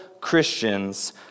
Christians